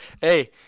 hey